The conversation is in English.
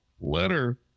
letter